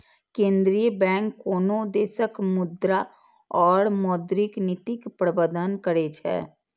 केंद्रीय बैंक कोनो देशक मुद्रा और मौद्रिक नीतिक प्रबंधन करै छै